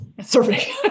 Survey